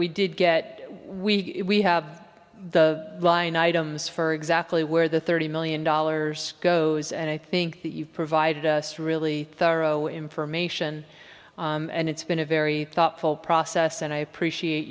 we did get we have the line items for exactly where the thirty million dollars goes and i think that you've provided us really thorough information and it's been a very thoughtful process and i appreciate